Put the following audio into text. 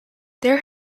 there